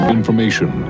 information